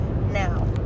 Now